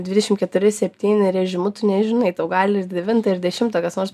dvidešim keturi septyni režimu tu nežinai tau gali devintą ir dešimtą kas nors